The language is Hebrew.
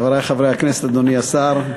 חברי חברי הכנסת, אדוני השר,